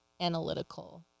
analytical